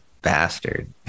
bastard